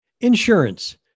Insurance